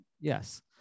Yes